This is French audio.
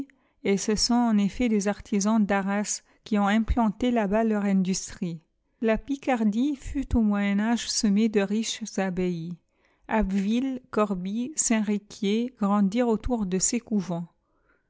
et ce sont en effet des artisans d'arras qui ont implanté là-bas leur industrie la picardie fut au moyen âge semée de riches abbayes abbeville corbie saint riquier grandirent autour de ces couvents